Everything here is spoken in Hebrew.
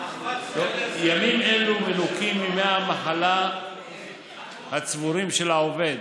ימים אלו מנוכים מימי המחלה הצבורים של העובד.